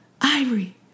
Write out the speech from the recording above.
Ivory